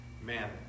man